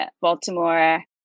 Baltimore